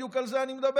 בדיוק על זה אני מדבר.